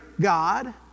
God